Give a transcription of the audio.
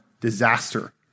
disaster